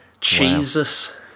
Jesus